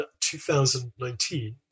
2019